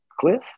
Cliff